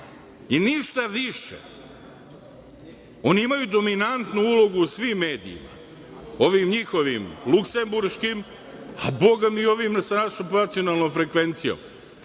i ništa više. Oni imaju dominantnu ulogu u svim medijima, ovim njihovim Luksemburškim, a bogami i ovim sa našom nacionalnom frekvencijom.